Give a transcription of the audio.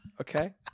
Okay